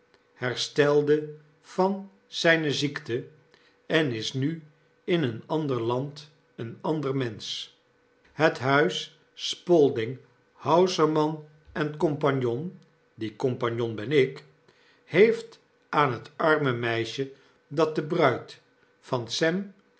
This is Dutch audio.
herstelde van zyne ziekte en is nu in een ander land een ander mensch het huis spalding hausermann en comp die comp ben ik heeft aan het arme meisje dat de bruid van